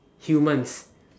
humans